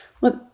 Look